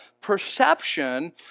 perception